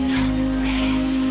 Sunset